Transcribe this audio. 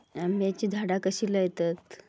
आम्याची झाडा कशी लयतत?